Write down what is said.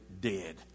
dead